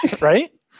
Right